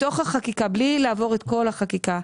בתוך החקיקה,